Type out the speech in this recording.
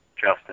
Justin